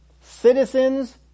Citizens